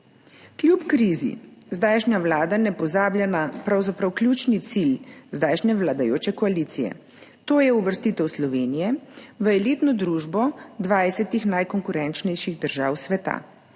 Kljub krizi zdajšnja vlada ne pozablja na pravzaprav ključni cilj zdajšnje vladajoče koalicije. To je uvrstitev Slovenije v elitno družbo 20 najkonkurenčnejših držav sveta.